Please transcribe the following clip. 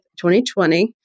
2020